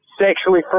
sexually